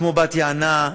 כמו בת-יענה,